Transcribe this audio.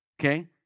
Okay